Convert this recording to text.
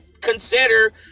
consider